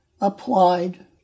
applied